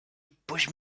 push